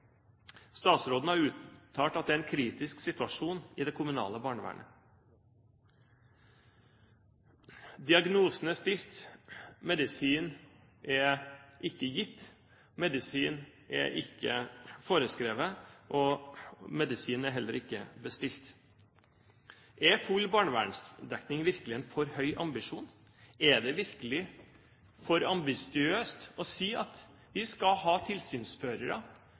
Statsråden har uttalt at det er en kritisk situasjon i det kommunale barnevernet. Diagnosen er stilt, men medisin er ikke gitt, medisin er ikke foreskrevet og medisin er heller ikke bestilt. Er full barnevernsdekning virkelig en for høy ambisjon? Er det virkelig for ambisiøst å si at vi skal ha tilsynsførere